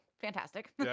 fantastic